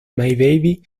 baby